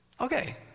okay